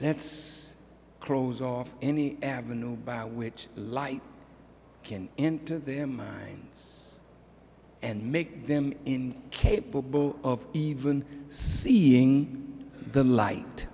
that's close off any avenue by which light can enter their minds and make them in capable of even seeing the light